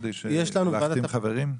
להחתים חברים?